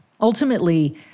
ultimately